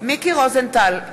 מיקי רוזנטל,